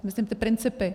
Myslím ty principy.